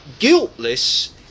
guiltless